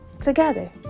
Together